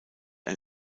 ein